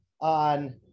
on